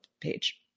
page